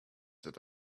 that